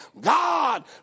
God